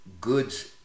goods